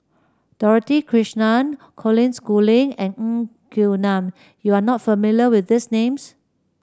Dorothy Krishnan Colin Schooling and Ng Quee Lam you are not familiar with these names